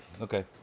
Okay